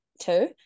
two